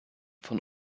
von